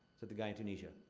said the guy in tunisia.